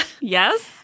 Yes